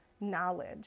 knowledge